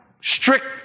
strict